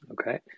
okay